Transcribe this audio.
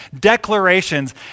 declarations